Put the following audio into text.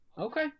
okay